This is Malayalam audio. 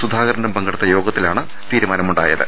സുധാകരനും പങ്കെടുത്ത യോഗത്തിലാണ് തീരുമാനം ഉണ്ടായ ത്